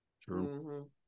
True